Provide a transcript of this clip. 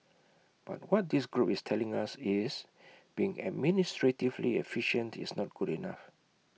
but what this group is telling us is being administratively efficient is not good enough